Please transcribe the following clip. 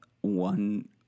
one